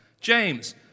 James